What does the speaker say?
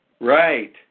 right